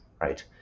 right